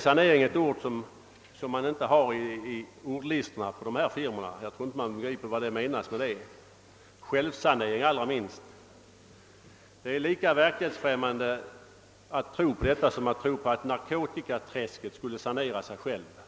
Sanering är ett ord som inte finns i dessa firmors ordlistor — jag tror inte att man förstår vad som menas med det, och ännu mindre förstår man betydelsen av ordet självsanering. Det är lika verklighetsfrämmande att lita till självsanering på detta område som till att narkotikaträsket skulle sanera sig självt.